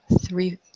three